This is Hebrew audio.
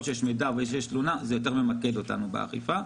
שיש מידע ויש תלונה זה יותר ממקד אותנו באכיפה.